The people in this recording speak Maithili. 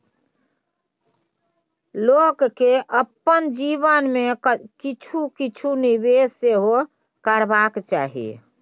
लोककेँ अपन जीवन मे किछु किछु निवेश सेहो करबाक चाही